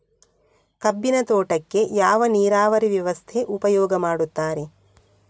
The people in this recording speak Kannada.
ಕಬ್ಬಿನ ತೋಟಕ್ಕೆ ಯಾವ ನೀರಾವರಿ ವ್ಯವಸ್ಥೆ ಉಪಯೋಗ ಮಾಡುತ್ತಾರೆ?